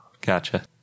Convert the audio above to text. Gotcha